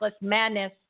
Madness